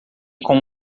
com